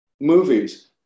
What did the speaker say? movies